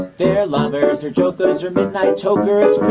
they're lovers, they're jokers, they're midnight tokers,